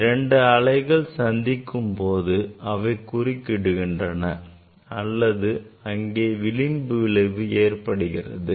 இரண்டு அலைகள் சந்திக்கும் போது அவை குறிக்கிடுகின்றன அல்லது அங்கே விளிம்பு விளைவு ஏற்படுகிறது